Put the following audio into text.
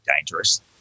dangerous